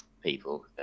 people